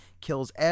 kills